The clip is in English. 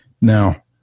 Now